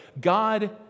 God